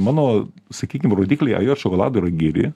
mano sakykim rodikliai ajot šokolado yra geri